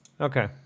Okay